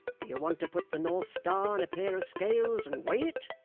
d'ye want to put the north star in a pair of scales and weigh it?